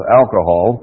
alcohol